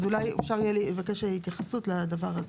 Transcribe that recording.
אז אולי אפשר יהיה לבקש התייחסות לדבר הזה.